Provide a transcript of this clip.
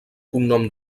cognom